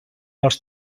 els